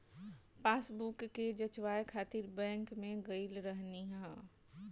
passbook के जचवाए खातिर बैंक में गईल रहनी हअ